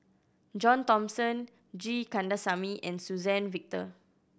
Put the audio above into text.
John Thomson G Kandasamy and Suzann Victor